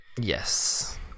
Yes